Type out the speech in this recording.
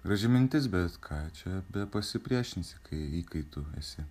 graži mintis bet ką čia pasipriešinsi kai kai tu esi